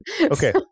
okay